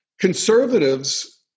Conservatives